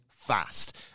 fast